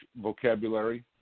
vocabulary